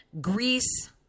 Greece